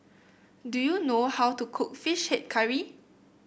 do you know how to cook fish head curry